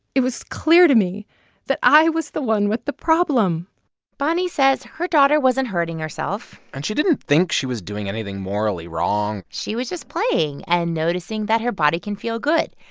it was clear to me that i was the one with the problem bonnie says her daughter wasn't hurting herself and she didn't think she was doing anything morally wrong she was just playing and noticing that her body can feel good.